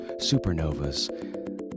supernovas